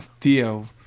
Theo